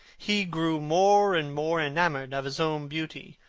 he grew more and more enamoured of his own beauty,